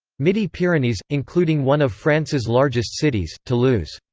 midi-pyrenees including one of france's largest cities, toulouse.